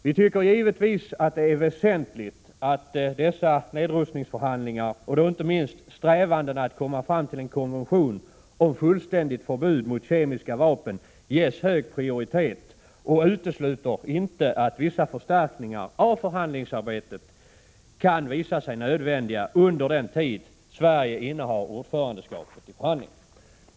Vi tycker givetvis att det är väsentligt att nedrustningsförhandlingarna, och då inte minst strävandena att komma fram till en konvention om fullständigt förbud mot kemiska vapen, ges hög prioritet och utesluter inte att vissa förstärkningar av förhandlingsarbetet kan visa sig nödvändiga under den tid Sverige har ordförandeskapet för förhandlingarna.